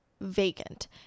vacant